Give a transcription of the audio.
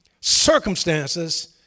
circumstances